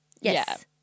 Yes